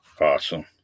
Awesome